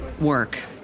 work